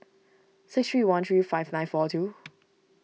six three one three five nine four two